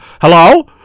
hello